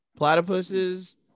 platypuses